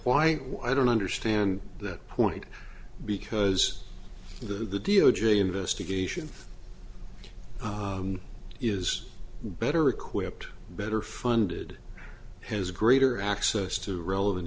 why i don't understand that point because the d o j investigation is better equipped better funded has greater access to relevant